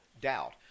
doubt